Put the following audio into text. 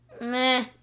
Meh